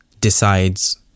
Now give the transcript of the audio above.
decides